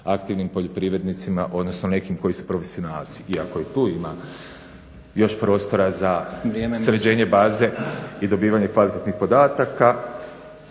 aktivnim poljoprivrednicima odnosno nekim koji su profesionalci. I ako i tu ima još prostora za sređenje baze i dobivanje … …/Upadica